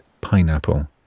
pineapple